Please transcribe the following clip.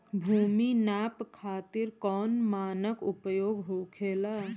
भूमि नाप खातिर कौन मानक उपयोग होखेला?